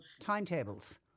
timetables